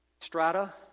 strata